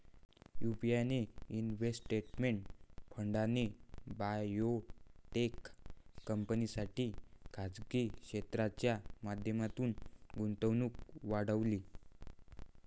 European investment फंडाने biotech कंपन्यांसाठी खासगी क्षेत्राच्या माध्यमातून गुंतवणूक वाढवली